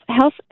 health